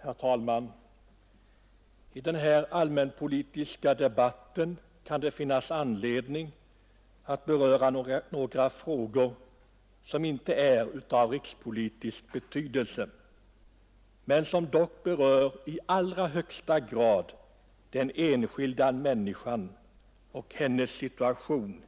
Herr talman! I den här allmänpolitiska debatten kan det finnas anledning att beröra några frågor som inte är av rikspolitisk betydelse men som i allra högsta grad gäller den enskilda människan och hennes situation